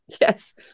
Yes